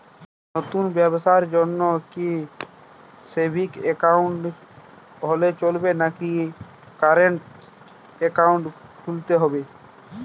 নতুন ব্যবসার জন্যে কি সেভিংস একাউন্ট হলে চলবে নাকি কারেন্ট একাউন্ট খুলতে হবে?